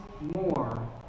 more